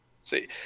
see